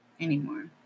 anymore